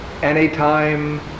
Anytime